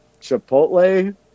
Chipotle